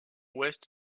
ouest